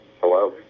hello